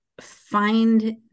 find